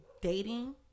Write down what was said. dating